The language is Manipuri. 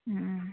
ꯎꯝ ꯎꯝ